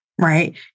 right